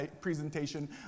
presentation